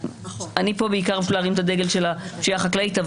אני פה בעיקר בשביל להרים את הדגל של הפשיעה החקלאית,